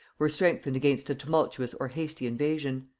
were strengthened against a tumultuous or hasty invasion.